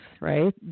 right